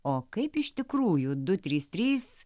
o kaip iš tikrųjų du trys trys